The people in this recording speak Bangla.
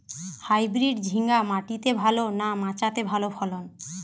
হাইব্রিড ঝিঙ্গা মাটিতে ভালো না মাচাতে ভালো ফলন?